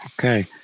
Okay